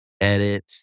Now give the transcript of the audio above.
edit